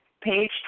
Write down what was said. page